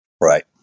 Right